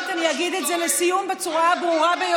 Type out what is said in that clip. משום שנשארו לי 24 שניות אני אגיד את זה לסיום בצורה הברורה ביותר.